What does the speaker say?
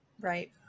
Right